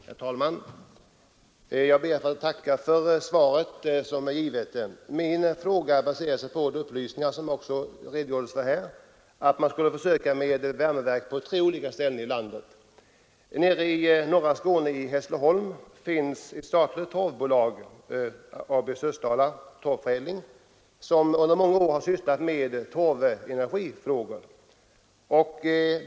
Herr talman! Jag ber att få tacka för svaret. Min fråga baserade sig på upplysningar, som också handelsministern redogjorde för, om att staten planerade försöksverksamhet med torveldade värmeverk på tre olika ställen i landet. I Hässleholm i norra Skåne finns ett statligt bolag. AB Svensk torvförädling i Sösdala, som under många år har sysslat med torvenergifrågor.